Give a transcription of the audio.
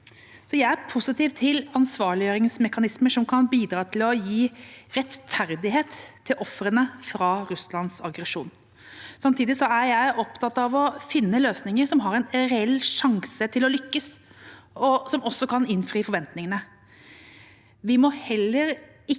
Jeg er positiv til ansvarliggjøringsmekanismer som kan bidra til å gi rettferdighet til ofrene for Russlands aggresjon. Samtidig er jeg opptatt av å finne løsninger som har en reell sjanse til å lykkes, og som kan innfri forventningene.